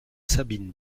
sabine